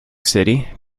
city